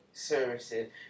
Services